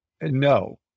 no